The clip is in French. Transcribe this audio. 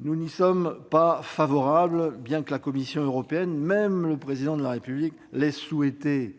Nous n'y sommes pas favorables, bien que la Commission européenne et le Président de la République la souhaitent.